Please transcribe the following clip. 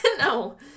no